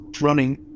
running